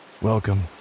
Welcome